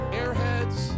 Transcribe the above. airheads